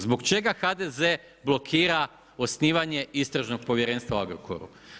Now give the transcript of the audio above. Zbog čega HDZ, blokira osnivanje Istražnog povjerenstva u Agrokoru?